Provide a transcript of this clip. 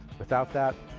without that,